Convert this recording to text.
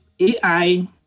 AI